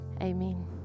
amen